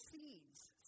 seeds